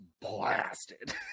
blasted